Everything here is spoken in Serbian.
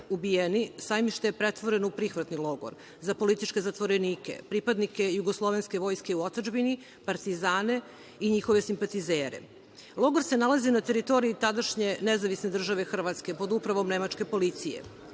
Sajmište je pretvoreno u prihvatni logor za političke zatvorenike, pripadnike jugoslovenske vojske u otadžbini, partizane i njihove simpatizere. Logor se nalazi na teritoriji tadašnje NDH pod upravom nemačke policije.